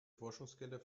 forschungsgelder